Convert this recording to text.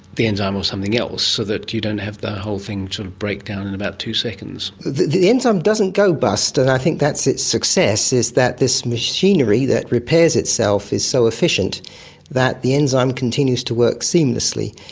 the enzyme or something else, so that you don't have the whole thing break down in about two seconds. the the enzyme doesn't go bust, and i think that's its success, is that this machinery that repairs itself is so efficient that the enzyme continues to work seamlessly,